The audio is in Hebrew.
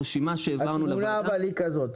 התמונה אבל היא כזאת,